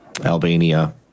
Albania